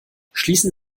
schließen